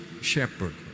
shepherd